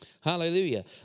Hallelujah